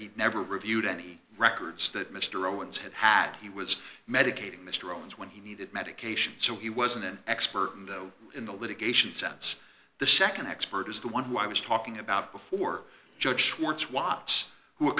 he never reviewed any records that mr owens had hat he was medicating mr owens when he needed medication so he wasn't an expert and though in the litigation sense the nd expert is the one who i was talking about before judge schwartz watts who